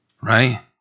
right